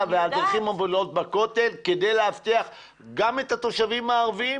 והדרכים המובילות לכותל כדי להבטיח גם את התושבים הערביים,